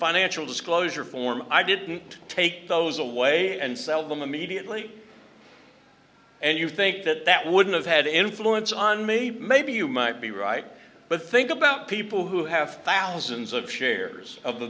financial disclosure form i didn't take those away and sell them immediately and you think that that wouldn't have had an influence on me maybe you might be right but think about people who have thousands of shares of the